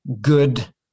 good